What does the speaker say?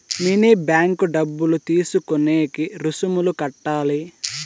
mini bank డబ్బులు తీసుకునేకి రుసుములు కట్టాలి